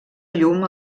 llum